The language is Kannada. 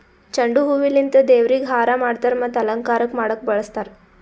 ಚೆಂಡು ಹೂವಿಲಿಂತ್ ದೇವ್ರಿಗ್ ಹಾರಾ ಮಾಡ್ತರ್ ಮತ್ತ್ ಅಲಂಕಾರಕ್ಕ್ ಮಾಡಕ್ಕ್ ಬಳಸ್ತಾರ್